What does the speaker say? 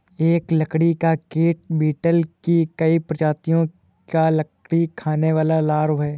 एक लकड़ी का कीड़ा बीटल की कई प्रजातियों का लकड़ी खाने वाला लार्वा है